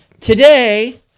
Today